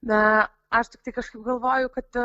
na aš tiktai kažkaip galvoju kad